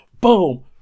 boom